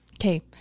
Okay